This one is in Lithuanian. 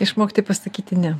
išmokti pasakyti ne